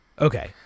Okay